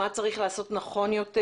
מה צריך לעשות נכון יותר